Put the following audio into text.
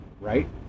Right